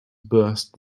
burst